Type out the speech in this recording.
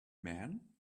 man